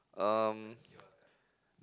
um